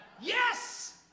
yes